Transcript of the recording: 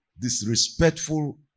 disrespectful